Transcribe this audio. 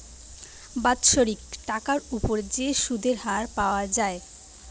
বাৎসরিক টাকার উপর যে সুধের হার পাওয়া যায়